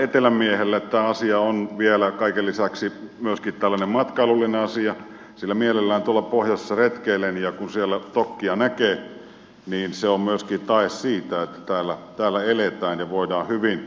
etelän miehelle tämä asia on vielä kaiken lisäksi myöskin tällainen matkailullinen asia sillä mielellään tuolla pohjoisessa retkeilen ja kun siellä tokkia näkee niin se on myöskin tae siitä että täällä eletään ja voidaan hyvin